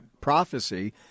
prophecy